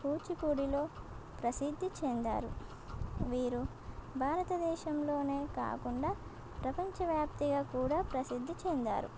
కూచిపూడిలో ప్రసిద్ధి చెందారు వీరు భారతదేశంలోనే కాకుండా ప్రపంచవ్యాప్తిగా కూడా ప్రసిద్ధి చెందారు